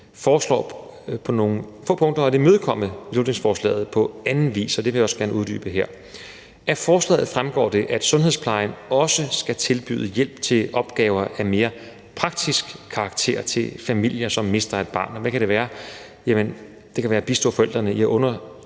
foreslår på nogle få punkter at imødekomme beslutningsforslaget på anden vis, og det vil jeg også gerne uddybe her. Af forslaget fremgår det, at sundhedsplejen også skal tilbyde hjælp til opgaver af mere praktisk karakter til familier, som mister et barn. Og hvad kan det være? Det kan være at bistå forældrene med at undersøge